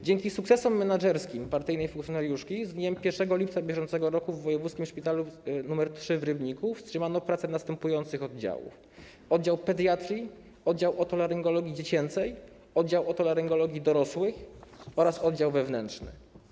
Dzięki sukcesom menadżerskim partyjnej funkcjonariuszki z dniem 1 lipca br. w wojewódzkim szpitalu nr 3 w Rybniku wstrzymano pracę następujących oddziałów: oddziału pediatrii, oddziału otolaryngologii dziecięcej, oddziału otolaryngologii dorosłych oraz oddziału wewnętrznego.